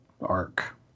arc